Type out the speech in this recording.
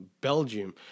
Belgium